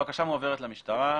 הבקשה מועברת למשטרה,